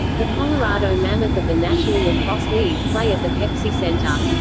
the colorado mammoth of the national lacrosse league play at the pepsi center.